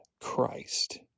Christ